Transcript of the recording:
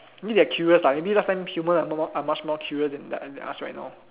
maybe they're curious lah maybe last time human are no more are much more curious than than us right now